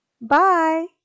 Bye